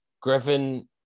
Griffin